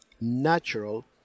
natural